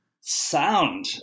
sound